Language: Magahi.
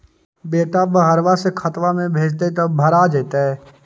बेटा बहरबा से खतबा में भेजते तो भरा जैतय?